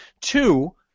Two